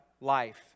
life